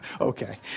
Okay